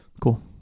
Cool